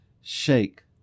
shake